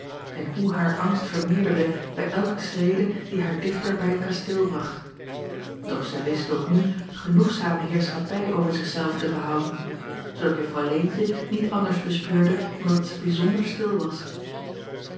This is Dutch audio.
en hoe haar angst vermeerderde bij elke schrede die haar dichter bij t kasteel bracht och zij wist acob van ennep laasje evenster delen ook nu genoegzame heerschappij over zich zelve te behouden zoodat uffrouw eentje niet anders bespeurde dan dat zij bijzonder stil was